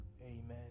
Amen